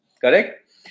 Correct